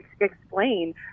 explain